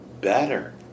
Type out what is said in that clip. better